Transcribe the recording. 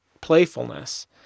playfulness